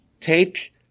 take